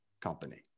company